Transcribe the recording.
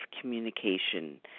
communication